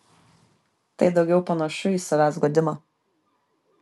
tai daugiau panašu į savęs guodimą